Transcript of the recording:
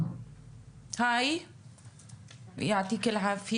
בשם התאחדות